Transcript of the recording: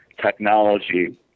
technology